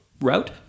route